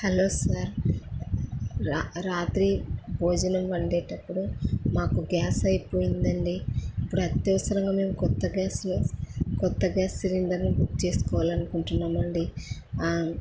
hello sir రాత్రి భోజనం వండేటప్పుడు మాకు గ్యాస్ అయిపోయిందండి ఇప్పుడు అత్యవసరంగా మేము కొత్త గ్యాస్ కొత్త గ్యాస్ సిలిండర్ని బుక్ చేసుకోవాలి అనుకుంటున్నామండి